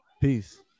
Peace